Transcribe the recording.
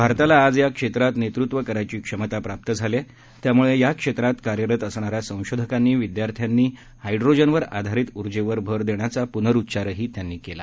भारताला आज या क्षेत्रात नेतृत्त्व करण्याची क्षमता प्राप्त झाली आहे त्यामुळे या क्षेत्रात कार्यरत असणाऱ्या संशोधकांनी विद्यार्थ्यांनी हायड्रोजनवर आधारीत उर्जेवर भर देण्याचा प्नरूच्चार त्यांनी केला